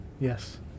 Yes